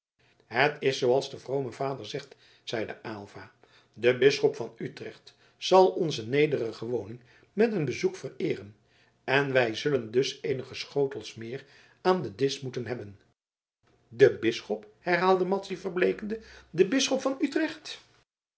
het is zooals de vrome vader zegt zeide aylva de bisschop van utrecht zal onze nederige woning met een bezoek vereeren en wij zullen dus eenige schotels meer aan den disch moeten hebben de bisschop herhaalde madzy verbleekende de bisschop van utrecht